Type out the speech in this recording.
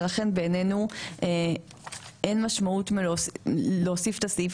ולכן בעיננו אין משמעות להוסיף את הסעיף